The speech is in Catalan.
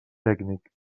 tècnic